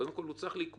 הוא קודם כול צריך לקבוע